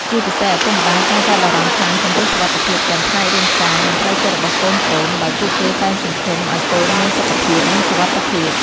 ជាពិសេស ឪពុកម្ដាយតែងតែបារម្ភខ្លាំងចំពោះសុវត្ថិភាពទាំងផ្នែករាងកាយ និងផ្លូវចិត្តរបស់កូនៗ ដោយពួកគេតែងសង្ឃឹមឲ្យកូនមានសុខភាព និងសុវត្ថិភាព។